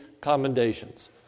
commendations